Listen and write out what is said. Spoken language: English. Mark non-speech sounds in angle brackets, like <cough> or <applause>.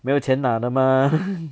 没有钱拿的吗 <laughs>